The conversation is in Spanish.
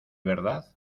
verdad